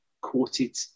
quoted